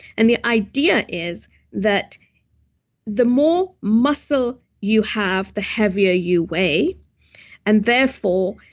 and the idea is that the more muscle you have, the heavier you weigh and therefore,